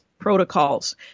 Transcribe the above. protocols